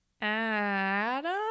Adam